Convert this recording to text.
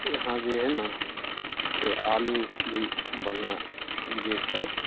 यहाँ जे हइ नऽ से आलू भी बढ़िआँ जे छै